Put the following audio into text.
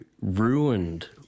ruined